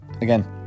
again